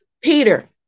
Peter